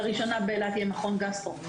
לראשונה באילת יהיה מכון גסטרו.